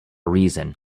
reason